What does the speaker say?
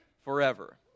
forever